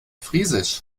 friesisch